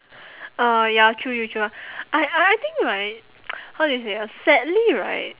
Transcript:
oh ya true true true ah I I think right how do you say uh sadly right